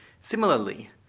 Similarly